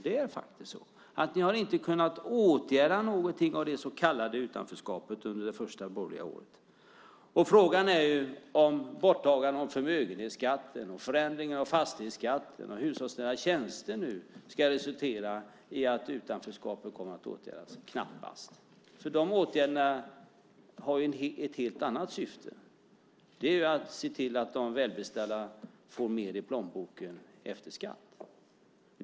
Det är faktiskt så att ni inte har kunnat åtgärda någonting av det så kallade utanförskapet under det första borgerliga året. Frågan är om borttagandet av förmögenhetsskatten, förändringen av fastighetsskatten och hushållsnära tjänster nu ska resultera i att utanförskapet kommer att åtgärdas. Så blir det knappast. De åtgärderna har ett helt annat syfte, nämligen att se till att de välbeställda får mer i plånboken efter skatt.